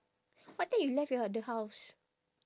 what time you left your the house